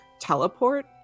teleport